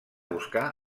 buscar